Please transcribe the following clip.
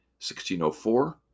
1604